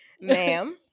Ma'am